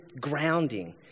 grounding